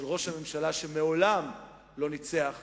של ראש הממשלה שמעולם לא ניצח בבחירות.